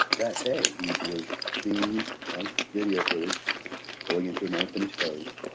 that day he was seen on video footage going into an unfinished show,